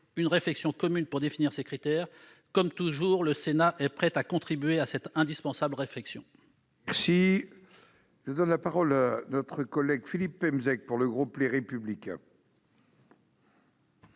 une réflexion commune pour définir ces critères. Comme toujours, le Sénat est prêt à contribuer à cette indispensable réflexion. La parole est à M. Philippe Pemezec, pour le groupe Les Républicains.